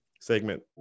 segment